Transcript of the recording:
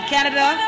Canada